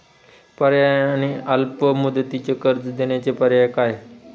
पर्यायी आणि अल्प मुदतीचे कर्ज देण्याचे पर्याय काय?